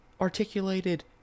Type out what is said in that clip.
articulated